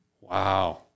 Wow